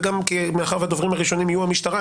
וגם כי מאחר והדוברים הראשונים יהיו המשטרה,